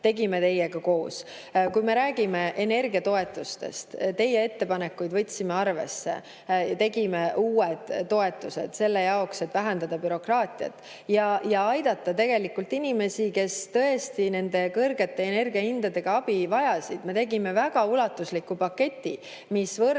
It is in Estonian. tegime teiega koos. Kui me räägime energia toetustest – teie ettepanekuid võtsime arvesse. Tegime uued toetused selle jaoks, et vähendada bürokraatiat ja aidata inimesi, kes tõesti kõrgete energiahindade tõttu abi vajasid. Me tegime väga ulatusliku paketi, mis võrreldes